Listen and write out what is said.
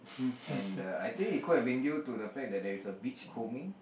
and then I think it could have been due to the fact that there is a beachcombing